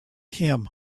him